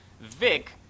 Vic